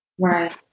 Right